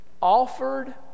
offered